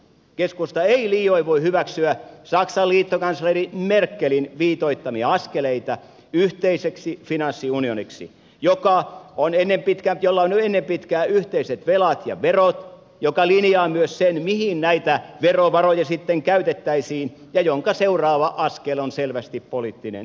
keskusta ei liioin voi hyväksyä saksan liittokansleri merkelin viitoittamia askeleita yhteiseksi finanssiunioniksi jolla on jo ennen pitkää yhteiset velat ja verot ja joka linjaa myös sen mihin näitä verovaroja sitten käytettäisiin ja jonka seuraava askel on selvästi poliittinen unioni